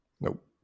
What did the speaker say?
Nope